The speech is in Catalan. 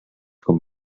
com